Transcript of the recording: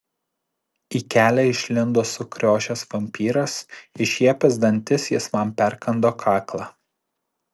į kelią išlindo sukriošęs vampyras iššiepęs dantis jis man perkando kaklą